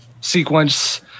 sequence